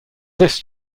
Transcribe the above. this